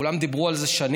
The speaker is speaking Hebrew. כולם דיברו על זה שנים,